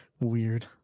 weird